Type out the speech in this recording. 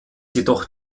jedoch